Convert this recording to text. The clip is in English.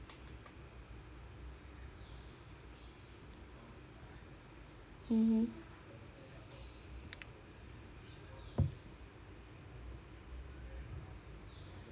mmhmm